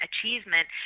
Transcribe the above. achievement